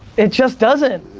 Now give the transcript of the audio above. it just doesn't,